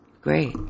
Great